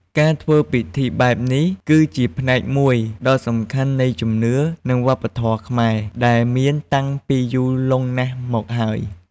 ការធ្វើពិធីបែបនេះ គឺជាផ្នែកមួយដ៏សំខាន់នៃជំនឿ និងវប្បធម៌ខ្មែរដែលមានតាំងពីយូរលង់ណាស់មកហើយ។